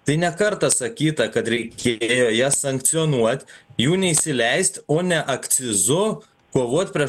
tai ne kartą sakyta kad reikėjo jas sankcionuot jų neįsileist o ne akcizu kovot prieš